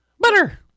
butter